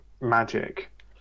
magic